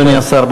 אדוני השר,